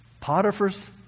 Potiphar's